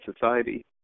society